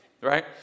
right